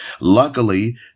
Luckily